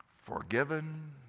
Forgiven